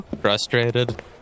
frustrated